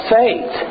faith